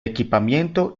equipamiento